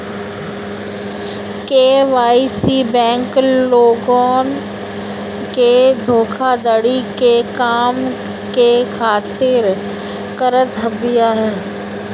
KYC bank लोगन के धोखाधड़ी के कम करे खातिर करत बिया